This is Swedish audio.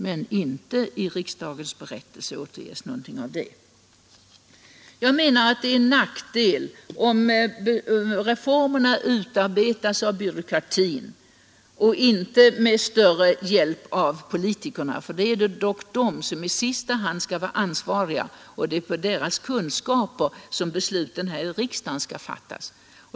Men när man läser riksdagsberättelsen upplever man ingenting av det. Jag anser att det är en nackdel om reformerna utarbetas av byråkratin utan större hjälp av politikerna. Det är dock politikerna som i sista hand är ansvariga för besluten, och det är på deras kunskap som besluten i riksdagen skall fattas.